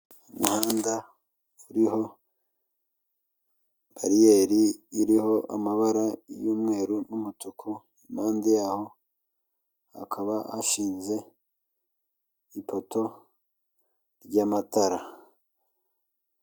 Umuhanda uriho bariyeri iriho amabara y'umweru n'umutuku, impande yaho hakaba hashinze ipoto ry'amatara.